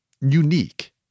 unique